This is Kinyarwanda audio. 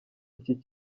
iki